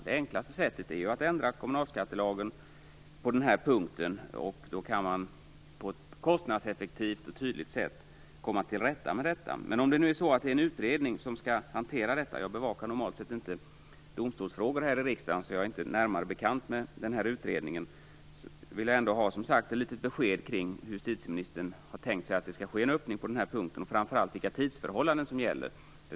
Det enklaste sättet är ju att ändra kommunalskattelagen på den här punkten. Då kan man på ett kostnadseffektivt och tydligt sätt komma till rätta med detta. Men om en utredning skall hantera detta - normalt bevakar jag inte domstolsfrågor här i riksdagen, så jag är inte närmare bekant med den här utredningen - vill jag alltså ha ett besked om hur justitieministern tänkt sig att det skall ske en öppning på den här punkten. Och framför allt undrar jag vilka tidsförhållanden som gäller.